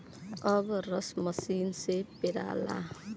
अब रस मसीन से पेराला